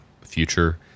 future